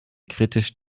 kritisch